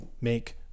make